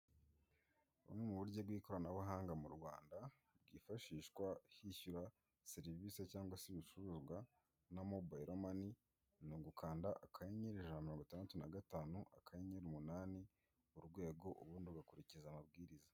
Bumwe mu buryo bwikoranabuhanga mu Rwanda bwifashishwa hishyura serivise cyangwa se ibicuruzwa na (mobile money) ni ugukanda akanyenyeri ijana na mirongo itandatu n'agatanu akanyenyeri umunani urwego ubundi ugakurikiza amabwiriza.